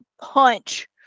punch